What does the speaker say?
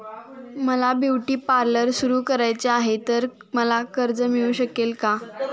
मला beauty parlour सुरू करायचे आहे तर मला कर्ज मिळू शकेल का?